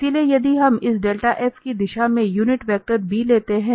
इसलिए यदि हम इस डेल्टा f की दिशा में यूनिट वेक्टर b लेते हैं